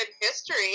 history